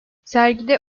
sergide